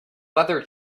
weather